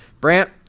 Brant